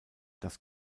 dass